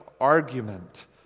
argument